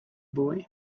boy